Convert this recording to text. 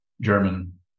German